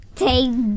take